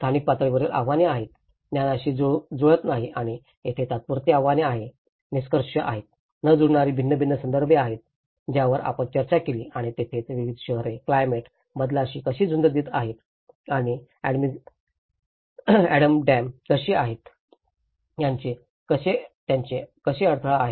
स्थानिक पातळीवरील आव्हाने आहेत ज्ञानाशी जुळत नाही आणि तेथे तात्पुरती आव्हाने आणि निकष यांच्यात न जुळणारी भिन्न भिन्न संदर्भं आहेत ज्यावर आपण चर्चा केली आणि तेथेच विविध शहरे क्लायमेट बदलाशी कशी झुंज देत आहेत आणि अॅमस्टरडॅम कशी आहेत त्यांचे कसे अडथळा